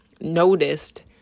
noticed